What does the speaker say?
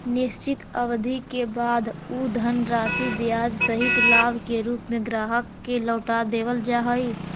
निश्चित अवधि के बाद उ धनराशि ब्याज सहित लाभ के रूप में ग्राहक के लौटा देवल जा हई